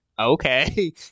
Okay